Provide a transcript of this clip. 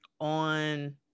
on